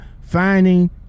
finding